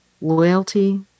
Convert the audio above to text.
Loyalty